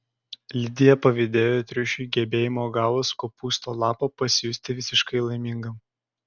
lidija pavydėjo triušiui gebėjimo gavus kopūsto lapą pasijusti visiškai laimingam